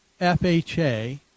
FHA